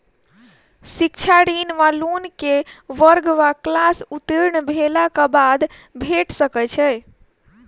शिक्षा ऋण वा लोन केँ वर्ग वा क्लास उत्तीर्ण भेलाक बाद भेट सकैत छी?